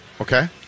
Okay